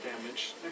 damage